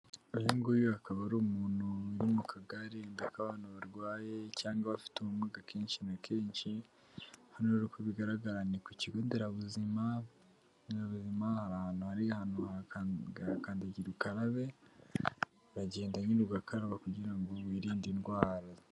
Uyu nguyu, akaba ari umuntu mu kagare k'abantu barwaye cyangwa abafite ubumuga, akenshi na kenshi, hano rero uko bigaragara ni ku kigo nderabuzima ahantu hari kandagira ukarabe, uragenda nyine ugukaraba, kugira ngo wirinde indwara.